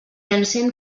encén